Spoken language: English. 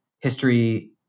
history